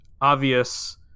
obvious